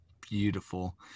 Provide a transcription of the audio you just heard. Beautiful